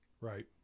Right